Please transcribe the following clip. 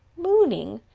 mooning.